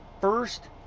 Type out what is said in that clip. First